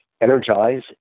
energize